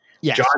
Yes